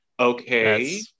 Okay